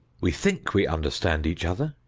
we think we understand each other,